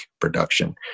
production